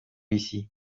ici